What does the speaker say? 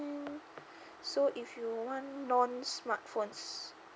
so if you want non smartphones